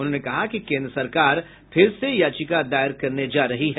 उन्होंने कहा कि केन्द्र सरकार फिर से याचिका दायर करने जा रही है